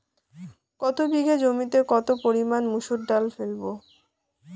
এক বিঘে জমিতে কত পরিমান মুসুর ডাল ফেলবো?